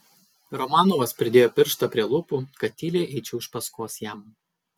romanovas pridėjo pirštą prie lūpų kad tyliai eičiau iš paskos jam